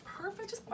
perfect